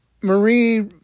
Marie